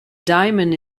diamond